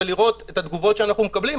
ולראות את התגובות שאנו מקבלים,